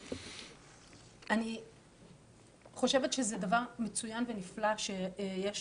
אני חושבת שזה דבר מצוין ונפלא שיש